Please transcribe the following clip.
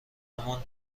همان